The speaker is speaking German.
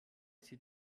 sie